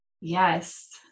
Yes